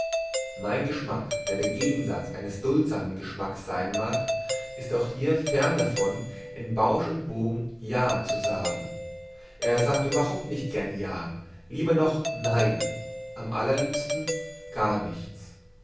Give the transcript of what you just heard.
mein geschmack der der gegensatz eines duldsamen geschmacks sein mag ist auch hier fern davon in bausch und bogen ja zu sagen er sagt überhaupt nicht gern ja lieber noch nein am allerliebsten gar nichts